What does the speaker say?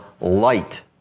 light